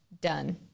done